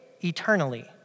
eternally